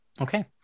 okay